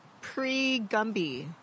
pre-Gumby